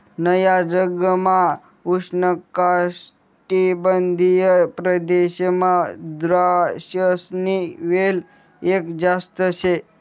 नया जगमा उष्णकाटिबंधीय प्रदेशमा द्राक्षसनी वेल एक जात शे